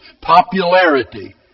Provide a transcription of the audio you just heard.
Popularity